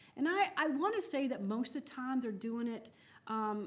and i want to say that most the time they're doing it